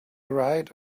right